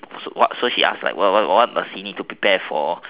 what so she ask what did she need to prepare for